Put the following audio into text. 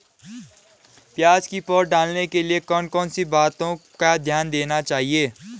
प्याज़ की पौध डालने के लिए कौन कौन सी बातों का ध्यान देना चाहिए?